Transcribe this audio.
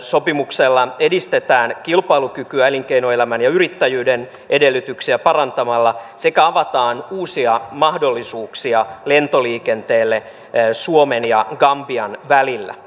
sopimuksella edistetään kilpailukykyä elinkeinoelämän ja yrittäjyyden edellytyksiä parantamalla sekä avataan uusia mahdollisuuksia lentoliikenteelle suomen ja gambian välillä